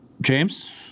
James